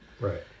right